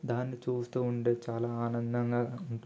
దాన్ని చూస్తూ ఉంటే చాలా ఆనందంగా ఉంటుంది